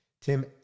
Tim